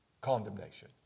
condemnation